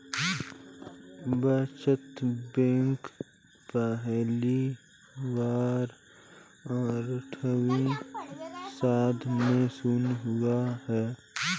बचत बैंक पहली बार अट्ठारहवीं सदी में शुरू हुआ